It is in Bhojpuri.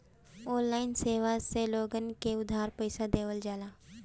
ऑनलाइन सेवा से लोगन के उधार पईसा देहल जाला